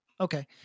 Okay